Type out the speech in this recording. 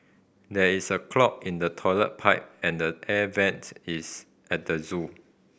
there is a clog in the toilet pipe and the air vents is at the zoo